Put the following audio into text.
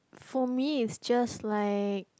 for me is just like